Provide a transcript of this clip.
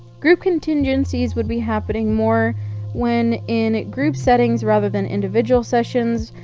group contingencies would be happening more when in group settings rather than individual sessions,